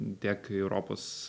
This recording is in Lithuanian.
tiek europos